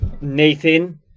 Nathan